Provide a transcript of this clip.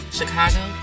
Chicago